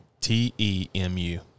T-E-M-U